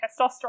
testosterone